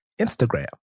Instagram